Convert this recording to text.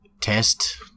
test